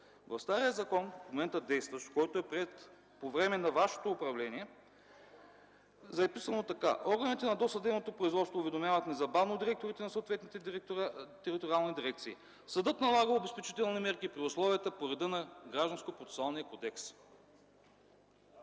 В стария закон, в момента действащ, приет по време на вашето управление, е записано така: „Органите на досъдебното производство уведомяват незабавно директорите на съответните териториални дирекции. Съдът налага обезпечителни мерки при условията по реда на Гражданско процесуалния кодекс.”